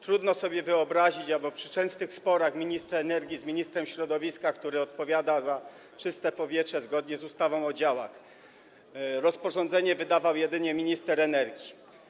Trudno sobie wyobrazić, aby przy częstych sporach ministra energii z ministrem środowiska, który odpowiada za czyste powietrze zgodnie z ustawą o działach, takie rozporządzenie wydawał jedynie minister energii.